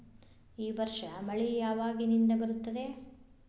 ಈ ವರ್ಷ ಮಳಿ ಯಾವಾಗಿನಿಂದ ಬರುತ್ತದೆ?